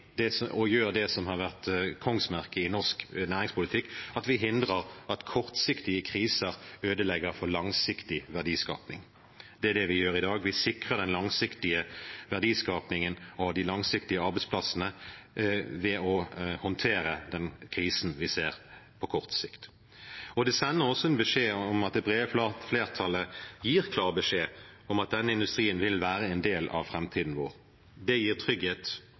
det som har vært kongsmerket i norsk næringspolitikk: hindrer at kortsiktige kriser ødelegger for langsiktig verdiskaping. Det er det vi gjør i dag. Vi sikrer den langsiktige verdiskapingen og de langsiktige arbeidsplassene ved å håndtere den krisen vi ser, på kort sikt. Det sender også en beskjed om at det brede flertallet gir klar beskjed om at denne industrien vil være en del av framtiden vår. Det gir trygghet